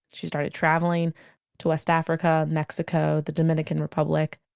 she started traveling to west africa, mexico, the dominican republic.